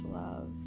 love